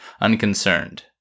unconcerned